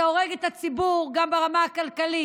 אתה הורג את הציבור גם ברמה הכלכלית.